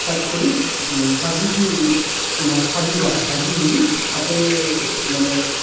side কৰি সাজি সাজি লোৱা হয় সাজি ল'লে তাতে মানে